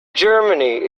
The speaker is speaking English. germany